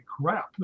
crap